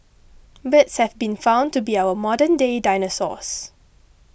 birds have been found to be our modernday dinosaurs